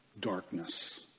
Darkness